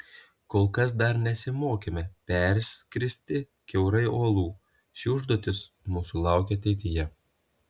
kol kas dar nesimokėme perskristi kiaurai uolų ši užduotis mūsų laukia ateityje